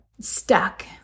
stuck